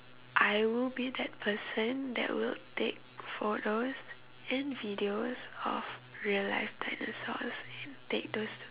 I will be that person that will take photos and videos of real life dinosaurs and take those